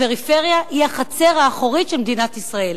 הפריפריה היא החצר האחורית של מדינת ישראל,